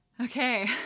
Okay